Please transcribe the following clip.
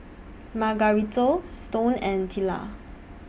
Margarito Stone and Tilla